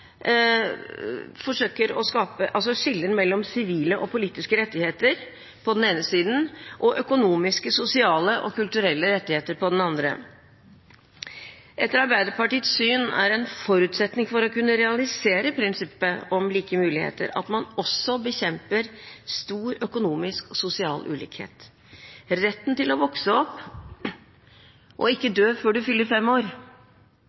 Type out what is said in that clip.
forsøker å skille mellom sivile og politiske rettigheter på den ene siden, og økonomiske, sosiale og kulturelle rettigheter på den andre siden. Etter Arbeiderpartiets syn er det en forutsetning for å kunne realisere prinsippet om like muligheter at man også bekjemper stor økonomisk og sosial ulikhet. Retten til å vokse opp og ikke dø før du fyller fem år,